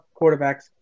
quarterbacks